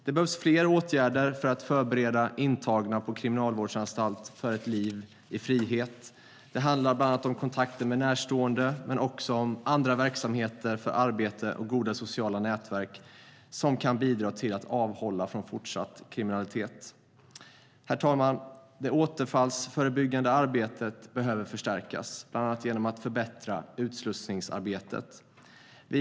Det behövs fler åtgärder för att förbereda intagna på kriminalvårdsanstalt för ett liv i frihet. Det handlar bland annat om kontakten med närstående men också om andra verksamheter för arbete och goda sociala nätverk som kan bidra till att avhålla de intagna från fortsatt kriminalitet. Herr talman! Det återfallsförebyggande arbetet behöver förstärkas, bland annat genom att utslussningsarbetet förbättras.